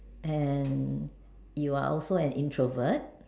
and you're also an introvert